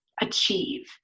achieve